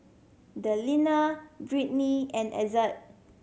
Delina Brittnie and Ezzard